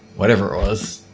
whatever it was,